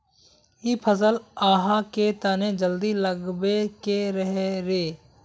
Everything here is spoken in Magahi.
इ फसल आहाँ के तने जल्दी लागबे के रहे रे?